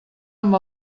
amb